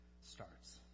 starts